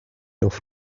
auf